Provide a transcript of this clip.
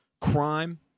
crime